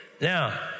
Now